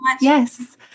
yes